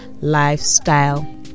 lifestyle